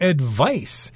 Advice